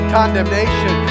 condemnation